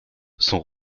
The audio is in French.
sont